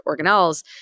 organelles